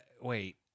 Wait